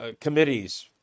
committees